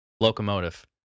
Locomotive